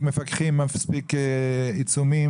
מפקחים מספיק עיצומים,